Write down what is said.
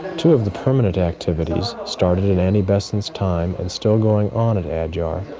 two of the permanent activities started in annie besant's time, and still going on at adyar,